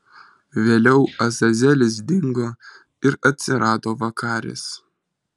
vėliau azazelis dingo ir atsirado vakaris